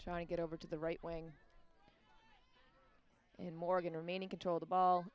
trying to get over to the right wing and morgan remaining control the ball